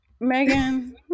Megan